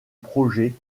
projet